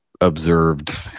observed